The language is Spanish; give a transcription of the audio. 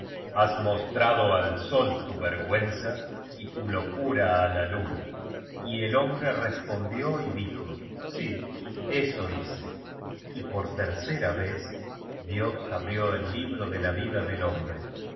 has mostrado a sol tu vergüenza y tu locura á la luna y el hombre respondió y dijo'sí eso hice y por tercera vez dios abrió el libro de la vida del hombre